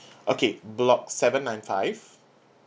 okay block seven nine five